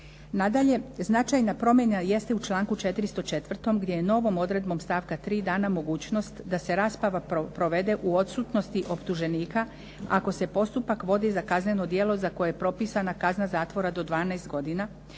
Nadalje, značajna promjena jeste u članku 404. gdje je novom odredbom stavka 3. dana mogućnost da se rasprava provede u odsutnosti optuženika ako se postupak vodi za kazneno djelo za koje je propisana kazna zatvora do 12 godina